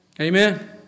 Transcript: Amen